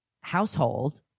household